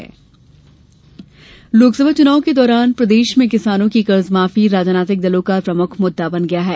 कर्जमाफी लोकसभा चुनाव के दौरान प्रदेश में किसानों की कर्जमाफी राजनीतिक दलों का प्रमुख मुददा बन गया है